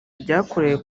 ryakorewe